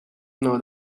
know